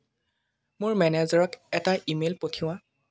মোৰ মেনেজাৰক এটা ইমেইল পঠিওৱা